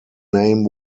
name